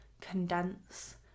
condense